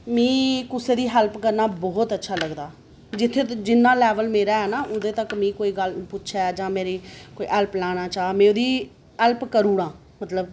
मीं कुसै दी हैल्प करना बहुत अच्छा लगदा जित्थै जिन्ना लैबल मेरा ऐ ना उदे तक मिगी कोई गल्ल पुच्छै जां मेरी हैल्प लेना चाह् में उ'दी हैल्प करी ओड़ां मेरे कोला